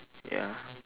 ya